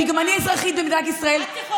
כי גם אני אזרחית במדינת ישראל,